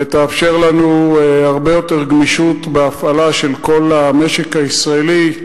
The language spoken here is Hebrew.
וזה יאפשר לנו הרבה יותר גמישות בהפעלה של כל המשק הישראלי,